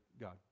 God